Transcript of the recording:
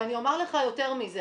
ואני אומר לך יותר מזה,